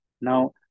now